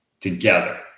together